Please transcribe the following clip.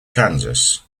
kansas